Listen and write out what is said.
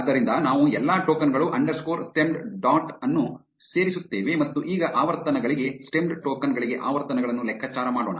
ಆದ್ದರಿಂದ ನಾವು ಎಲ್ಲಾ ಟೋಕನ್ ಗಳು ಅಂಡರ್ಸ್ಕೋರ್ ಸ್ಟೆಮ್ಡ್ ಡಾಟ್ ಅನ್ನು ಸೇರಿಸುತ್ತೇವೆ ಮತ್ತು ಈಗ ಆವರ್ತನಗಳಿಗೆ ಸ್ಟೆಮ್ಡ್ ಟೋಕನ್ ಗಳಿಗೆ ಆವರ್ತನಗಳನ್ನು ಲೆಕ್ಕಾಚಾರ ಮಾಡೋಣ